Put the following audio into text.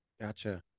gotcha